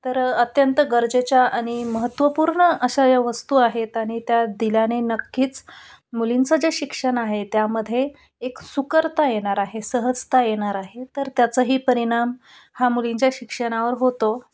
तर अत्यंत गरजेच्या आणि महत्त्वपूर्ण अशा या वस्तू आहेत आणि त्या दिल्याने नक्कीच मुलींचं जे शिक्षण आहे त्यामध्ये एक सुकरता येणार आहे सहजता येणार आहे तर त्याचाही परिणाम हा मुलींच्या शिक्षणावर होतो